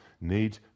need